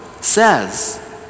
says